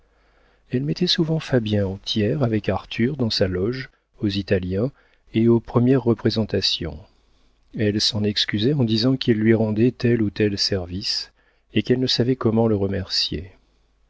elle mettait souvent fabien en tiers avec arthur dans sa loge aux italiens et aux premières représentations elle s'en excusait en disant qu'il lui rendait tel ou tel service et qu'elle ne savait comment le remercier